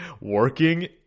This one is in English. working